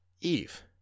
Eve